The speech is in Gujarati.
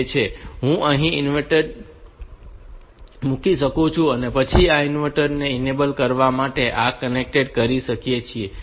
હું અહીં ઇન્વર્ટર મૂકી શકું છું અને પછી આ ઇન્વર્ટર ને ઇનેબલ કરવા માટે આ સાથે કનેક્ટ કરી શકાય છે